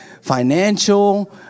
Financial